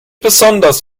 besonders